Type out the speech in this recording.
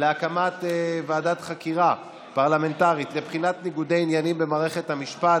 להקמת ועדת חקירה פרלמנטרית לבחינת ניגודי העניינים במערכת המשפט,